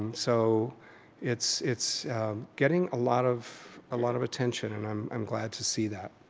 so it's it's getting a lot of ah lot of attention and i'm i'm glad to see that.